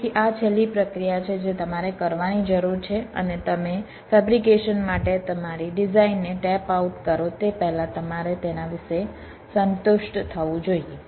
તેથી આ છેલ્લી પ્રક્રિયા છે જે તમારે કરવાની જરૂર છે અને તમે ફેબ્રિકેશન માટે તમારી ડિઝાઇનને ટેપ આઉટ કરો તે પહેલાં તમારે તેના વિશે સંતુષ્ટ થવું જોઈએ